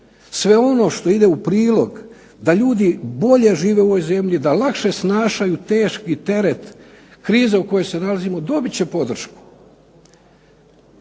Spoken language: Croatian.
Sve ono što ide u prilog da ljudi bolje žive u ovoj zemlji, da lakše snašaju teški teret krize u kojoj se nalazimo dobit će podršku.